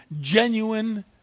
genuine